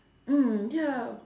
mm ya